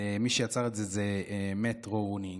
מי שיצר את זה הוא מאט גריינינג,